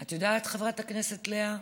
את יודעת, חברת הכנסת לאה?